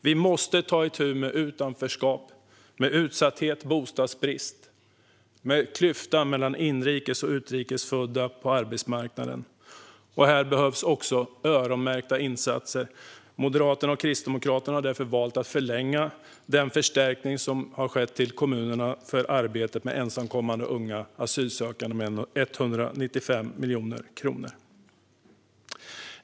Vi måste ta itu med utanförskap, utsatthet, bostadsbrist och klyftan mellan utrikes och inrikes födda på arbetsmarknaden. Här behövs också öronmärkta insatser. Moderaterna och Kristdemokraterna har därför valt att förlänga den förstärkning med 195 miljoner kronor som har skett till kommunerna för arbetet med ensamkommande unga asylsökande.